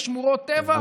בשמורות טבע?